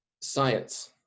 Science